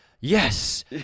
Yes